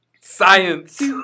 Science